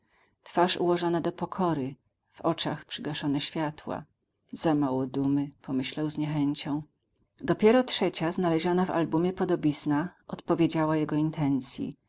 twarz ułożona do pokory w oczach przygaszone światła za mało dumy pomyślał z niechęcią dopiero trzecia znaleziona w albumie podobizna odpowiedziała jego intencji